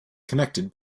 connected